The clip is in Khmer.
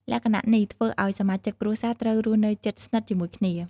លក្ខណៈនេះធ្វើឲ្យសមាជិកគ្រួសារត្រូវរស់នៅជិតស្និទ្ធជាមួយគ្នា។